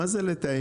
מה זה לתאם איתו?